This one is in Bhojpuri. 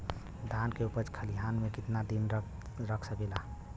धान के उपज खलिहान मे कितना दिन रख सकि ला?